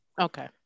Okay